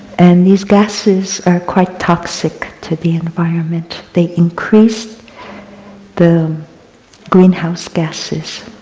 and these gases are quite toxic to the environment, they increase the greenhouse gases.